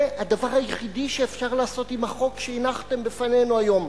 זה הדבר היחיד שאפשר לעשות עם החוק שהנחתם בפנינו היום,